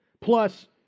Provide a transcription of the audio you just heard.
plus